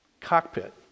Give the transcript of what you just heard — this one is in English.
cockpit